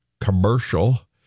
commercial